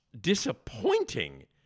disappointing